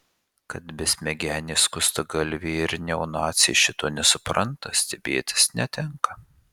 kad besmegeniai skustagalviai ir neonaciai šito nesupranta stebėtis netenka